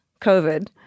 COVID